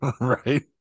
Right